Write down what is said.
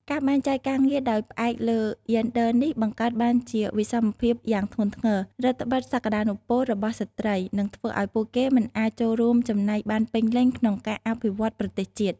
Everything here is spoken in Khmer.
ការបែងចែកការងារដោយផ្អែកលើយេនឌ័រនេះ បង្កើតបានជាវិសមភាពយ៉ាងធ្ងន់ធ្ងរ រឹតត្បិតសក្តានុពលរបស់ស្ត្រី និងធ្វើឲ្យពួកគេមិនអាចចូលរួមចំណែកបានពេញលេញក្នុងការអភិវឌ្ឍន៍ប្រទេសជាតិ។